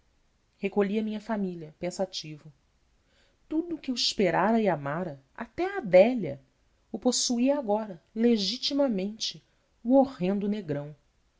à minha família pensativo tudo o que eu esperara e amara até a adélia o possuía agora legitimamente o horrendo negrão